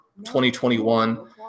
2021